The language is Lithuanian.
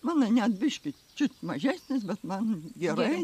mano net biškį čiut mažesnis bet man gerai